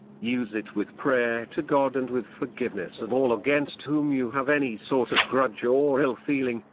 use it with prayer to god and with forgiveness of all against whom you have any sort of grudge or ill-feeling,